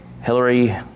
Hillary